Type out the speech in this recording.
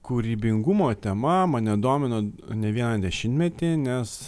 kūrybingumo tema mane domino ne vieną dešimtmetį nes